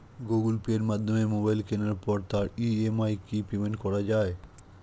Google পের মাধ্যমে mobile কেনার পরে তার ই.এম.আই কি পেমেন্ট করা যায়?